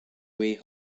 way